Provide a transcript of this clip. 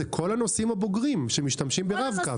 זה כל הנוסעים הבוגרים שמשתמשים ברב קו,